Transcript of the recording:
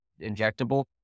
injectable